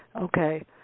Okay